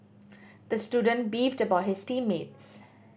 the student beefed about his team mates